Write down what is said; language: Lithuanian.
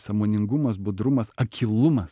sąmoningumas budrumas akylumas